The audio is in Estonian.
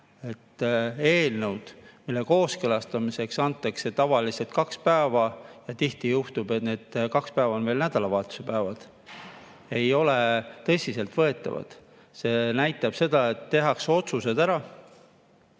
üht: eelnõud, mille kooskõlastamiseks antakse tavaliselt kaks päeva – ja tihti juhtub, et need kaks päeva on veel nädalavahetuse päevad –, ei ole tõsiselt võetavad. See näitab seda, et tehakse otsused ära